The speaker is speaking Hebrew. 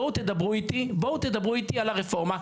בואו תדברו איתי על הרפורמה,